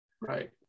Right